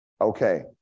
Okay